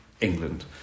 England